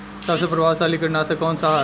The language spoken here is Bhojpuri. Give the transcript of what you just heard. सबसे प्रभावशाली कीटनाशक कउन सा ह?